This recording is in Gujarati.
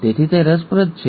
તેથી તે રસપ્રદ છે